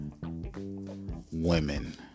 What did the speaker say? women